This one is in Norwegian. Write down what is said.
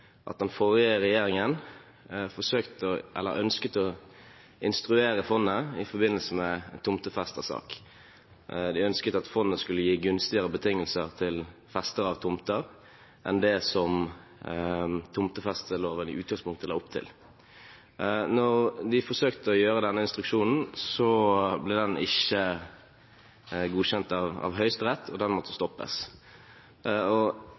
at den forrige regjeringen ønsket å instruere fondet i forbindelse med en tomtefestesak. De ønsket at fondet skulle gi gunstigere betingelser til festere av tomter enn det tomtefesteloven i utgangspunktet la opp til. Da de forsøkte å gi denne instruksjonen, ble den ikke godkjent av Høyesterett, og den måtte